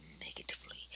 negatively